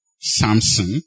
Samson